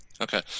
Okay